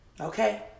Okay